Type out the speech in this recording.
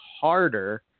harder